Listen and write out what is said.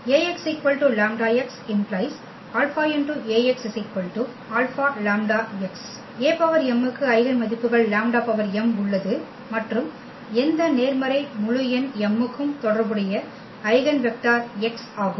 Ax λ x ⇒ ∝Ax ∝λx Am க்கு eigen மதிப்புகள் λm உள்ளது மற்றும் எந்த நேர்மறை முழு எண் m க்கும் தொடர்புடைய ஐகென் வெக்டர் x ஆகும்